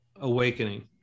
awakening